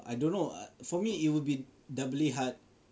err I don't know for me it would be doubly hard